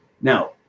Now